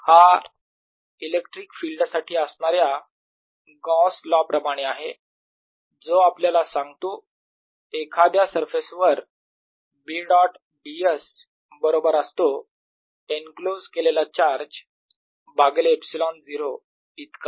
हा electric field साठी असणाऱ्या गॉस लॉ प्रमाणे आहे जो आपल्याला सांगतो एखाद्या सरफेसवर B डॉट ds बरोबर असतो एनक्लोज केलेला चार्ज भागिले ε0 इतका